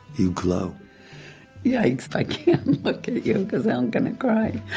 you glow yikes, i can't look at you cuz i'm gonna cry